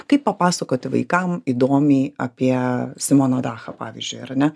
kaip papasakoti vaikam įdomiai apie simoną dachą pavyzdžiui ar ne